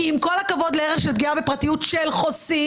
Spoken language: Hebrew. כי עם כל הכבוד לערך של פגיעה בפרטיות של חוסים,